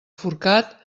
forcat